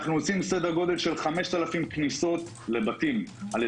אנחנו עושים כ-5,000 כניסות לבתים ע"י